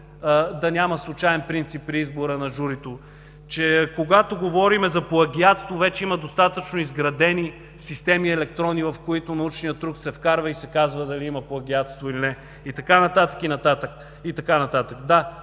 да няма случаен принцип при избора на журито; че, когато говорим за плагиатство, вече има достатъчно изградени електронни системи, в които научният труд се вкарва и се казва дали има плагиатство или не и така нататък, и така